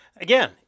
again